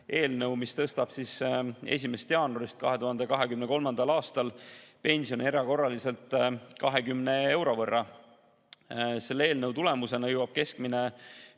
eelnõu, mis tõstab 1. jaanuarist 2023. aastal pensione erakorraliselt 20 euro võrra. Selle eelnõu tulemusena jõuab keskmine